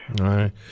Right